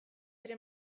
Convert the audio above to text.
bere